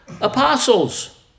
apostles